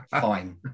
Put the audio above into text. fine